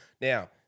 Now